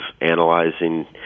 analyzing